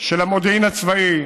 של המודיעין הצבאי,